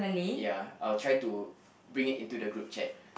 ya I'll try to bring it into the group chat